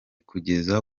kugeza